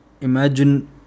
imagine